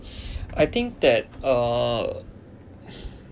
I think that er